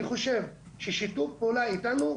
אני חושב ששיתוף פעולה איתנו,